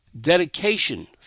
dedication